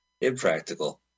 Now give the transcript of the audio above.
Impractical